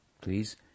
Please